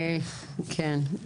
כן.